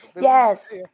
Yes